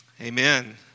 amen